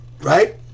right